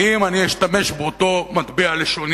כי אם אני אשתמש באותו מטבע לשוני